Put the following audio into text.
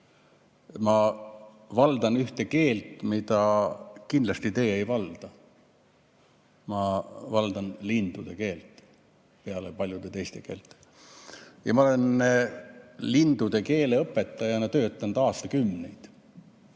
Ma valdan ühte keelt, mida teie kindlasti ei valda. Ma valdan lindude keelt, peale paljude teiste keelte. Ma olen lindude keele õpetajana töötanud aastakümneid.